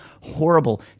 horrible